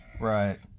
right